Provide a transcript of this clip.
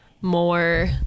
more